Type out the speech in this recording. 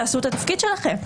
תעשו את התפקיד שלכם.